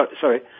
Sorry